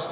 ст.